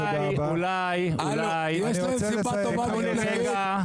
בוא נגיד ככה,